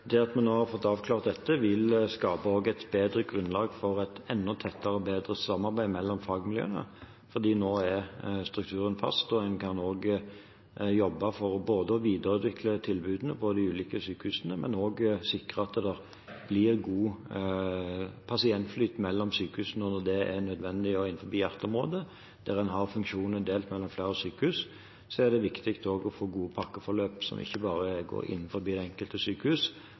det at man nå har fått avklart dette, vil skape et bedre grunnlag for et enda tettere og bedre samarbeid mellom fagmiljøene. Nå er strukturen fast, og en kan jobbe både for å videreutvikle tilbudene på de ulike sykehusene og for å sikre at det blir god pasientflyt mellom sykehusene når det er nødvendig – også innenfor hjerteområdet, der funksjonene er delt mellom flere sykehus. Så er det viktig også å få gode pakkeforløp, ikke bare innenfor det enkelte sykehus,